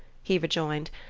he rejoined,